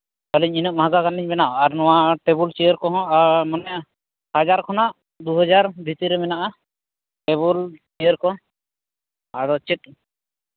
ᱟᱹᱞᱤᱧ ᱤᱱᱟᱹᱜ ᱢᱟᱦᱟᱜᱟ ᱜᱟᱱ ᱞᱤᱧ ᱵᱮᱱᱟᱣᱟ ᱟᱨ ᱱᱚᱣᱟ ᱴᱮᱵᱤᱞ ᱪᱮᱭᱟᱨ ᱠᱚᱦᱚᱸ ᱢᱟᱱᱮ ᱦᱟᱡᱟᱨ ᱠᱷᱚᱱᱟᱜ ᱫᱩ ᱦᱟᱡᱟᱨ ᱵᱷᱤᱛᱤᱨ ᱨᱮ ᱢᱮᱱᱟᱜᱼᱟ ᱴᱮᱵᱤᱞ ᱪᱮᱭᱟᱨ ᱠᱚ ᱟᱫᱚ ᱪᱮᱫ